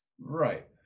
Right